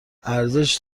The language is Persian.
ارزش